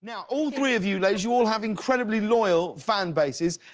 now all three of you like you all have incredibly loyal fan bases.